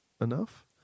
enough